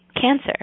cancer